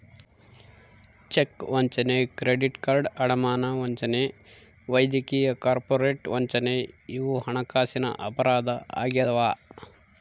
check ವಂಚನೆ credit card ಅಡಮಾನ ವಂಚನೆ ವೈದ್ಯಕೀಯ ಕಾರ್ಪೊರೇಟ್ ವಂಚನೆ ಇವು ಹಣಕಾಸಿನ ಅಪರಾಧ ಆಗ್ಯಾವ